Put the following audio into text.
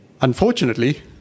Unfortunately